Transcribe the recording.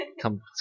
Come